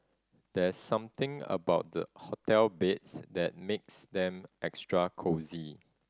there something about the hotel beds that makes them extra cosy